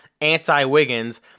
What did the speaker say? anti-Wiggins